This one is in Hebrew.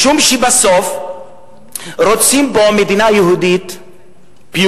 משום שבסוף רוצים פה מדינה יהודית pure